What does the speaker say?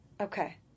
Okay